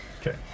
Okay